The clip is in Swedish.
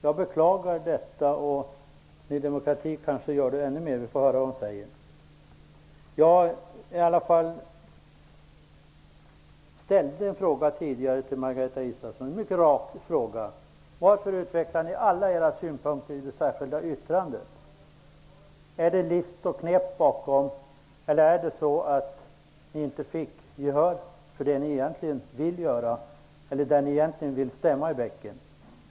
Jag beklagar detta, och Ny demokrati kanske gör det ännu mer -- vi får höra vad man säger. Jag ställde tidigare en mycket rak fråga till Margareta Israelsson: Varför utvecklar ni alla era synpunkter i ett särskilt yttrande? Är det list och knep bakom, eller fick ni inte gehör för det ni egentligen ville göra, där ni egentligen vill stämma i bäcken?